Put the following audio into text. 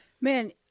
man